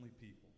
people